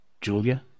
Julia